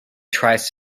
tries